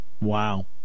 wow